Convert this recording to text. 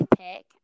pick